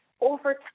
over